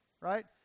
right